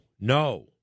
no